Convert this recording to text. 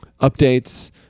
updates